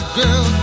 girl